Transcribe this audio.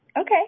Okay